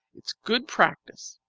it's good practice.